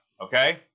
Okay